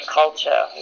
culture